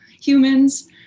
humans